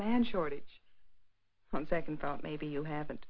man shortage on second thought maybe you haven't